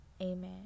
amen